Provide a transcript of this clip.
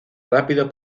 rápido